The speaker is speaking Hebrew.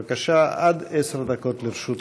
בבקשה, עד עשר דקות לרשות אדוני.